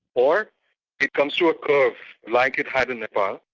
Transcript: or it comes to a curve like it had in nepal,